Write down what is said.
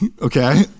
okay